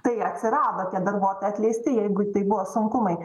tai atsirado tie darbuotojai atleisti jeigu tai buvo sunkumai